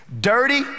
dirty